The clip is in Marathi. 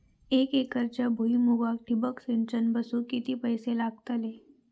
एक एकरच्या भुईमुगाक ठिबक सिंचन बसवूक किती पैशे लागतले?